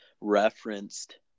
referenced